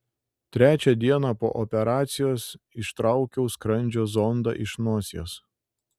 trečią dieną po operacijos ištraukiau skrandžio zondą iš nosies